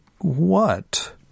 what